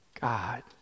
God